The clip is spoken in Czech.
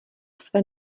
své